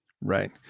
Right